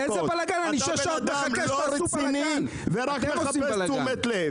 אתה בן אדם לא רציני, ורק מחפש תשומת לב.